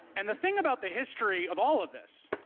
and the thing about the history of all of this,